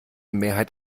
mehrheit